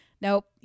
Nope